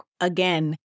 again